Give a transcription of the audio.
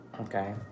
Okay